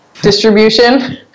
distribution